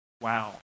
wow